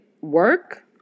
work